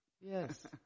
Yes